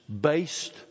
based